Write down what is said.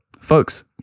folks